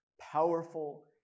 powerful